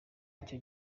nicyo